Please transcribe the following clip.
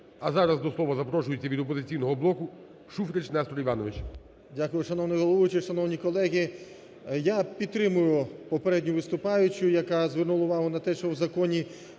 А зараз до слова запрошується від "Опозиційного блоку" Шуфрич Нестор Іванович.